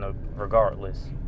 regardless